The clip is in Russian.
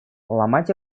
ломать